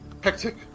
hectic